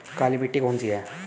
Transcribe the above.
काली मिट्टी कौन सी है?